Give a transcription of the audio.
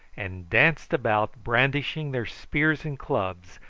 and danced about brandishing their spears and clubs,